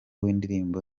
w’indirimbo